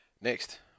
Next